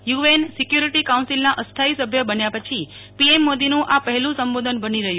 UN security કાઉન્સિલના અસ્થાથી સભ્ય બન્યા પછી પીએમ મોદીનું આ પહેલું સંબોધન બની રહ્યું